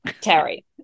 Terry